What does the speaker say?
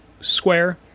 square